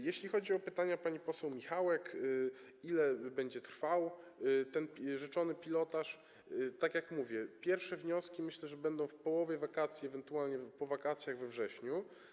Jeśli chodzi o pytania pani poseł Michałek, ile będzie trwał rzeczony pilotaż, tak jak mówię, pierwsze wnioski będą w połowie wakacji, ewentualnie po wakacjach, we wrześniu.